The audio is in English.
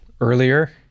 earlier